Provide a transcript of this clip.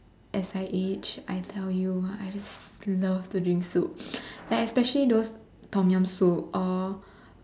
as I age I tell you I love to drink soup like especially Tom-yum soup or